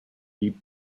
deep